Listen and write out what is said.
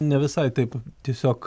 ne visai taip tiesiog